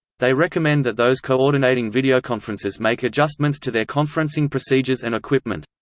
they recommend that those coordinating videoconferences make adjustments to their conferencing procedures and equipment.